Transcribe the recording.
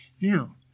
Now